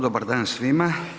Dobar dan svima.